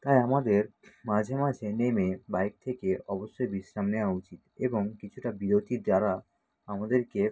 তাই আমাদের মাঝে মাঝে নেমে বাইক থেকে অবশ্যই বিশ্রাম নেওয়া উচিত এবং কিছুটা বিরতির দ্বারা আমাদেরকে